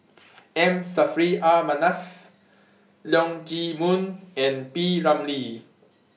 M Saffri A Manaf Leong Chee Mun and P Ramlee